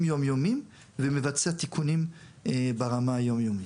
יום-יומיים ומבצע תיקונים ברמה היום-יומית.